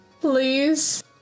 Please